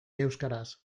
euskaraz